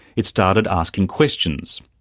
it started asking questions.